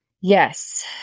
Yes